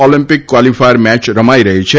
Olympic qualifier મેય રમાઇ રહી છે